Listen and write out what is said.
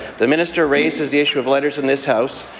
the minister raises the issue of letters in this house.